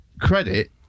credit